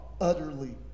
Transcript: utterly